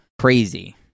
crazy